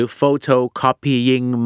photocopying